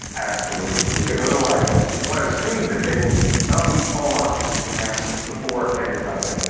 absolutely, because otherwise, one assumes that there will be some colonoscopies that happen before appendicitis,